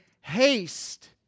haste